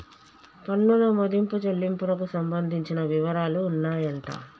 పన్నుల మదింపు చెల్లింపునకు సంబంధించిన వివరాలు ఉన్నాయంట